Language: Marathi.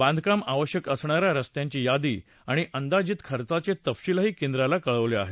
बांधकाम आवश्यक असणाऱ्या रस्त्यांची यादी आणि अंदाजीत खर्चाचे तपशीलही कॅद्राला कळवले आहेत